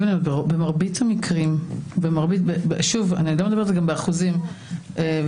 במרבית המקרים העובד הסוציאלי שם,